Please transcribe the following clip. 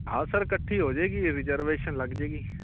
ਹਾਂ ਸਰ ਇਕੱਠੀ ਹੋ ਜੇਗੀ ਰਿਜਰਵੇਸ਼ਨ ਲੱਗ ਜੇਗੀ